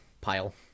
pile